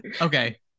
okay